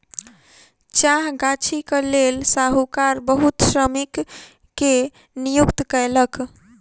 चाह गाछीक लेल साहूकार बहुत श्रमिक के नियुक्ति कयलक